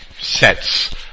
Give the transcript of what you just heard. sets